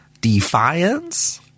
defiance